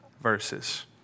verses